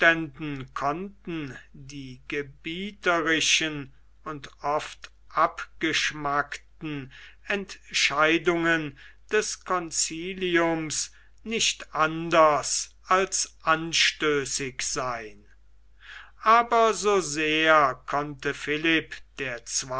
konnten die gebieterischen und oft abgeschmackten entscheidungen des conciliums nicht anders als anstößig sein aber so sehr konnte philipp der